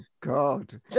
God